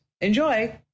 Enjoy